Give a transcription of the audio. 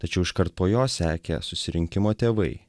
tačiau iškart po jo sekė susirinkimo tėvai